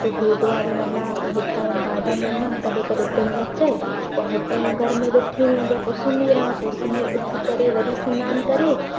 त गुरुद्वारे वञा त पो हितां ई गार्डन वञा कॾहिं कॾहिं दिलि न चए पोइ हितां ई घर में वेठी हुजां पोइ सुम्ही रहां पो सिम्ही उथी करे वरी सनानु करे